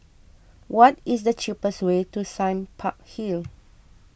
what is the cheapest way to Sime Park Hill